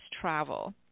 travel